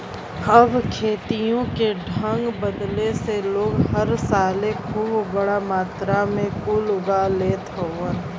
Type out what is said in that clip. अब खेतियों के ढंग बदले से लोग हर साले खूब बड़ा मात्रा मे कुल उगा लेत हउवन